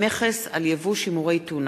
מכס על יבוא שימורי טונה,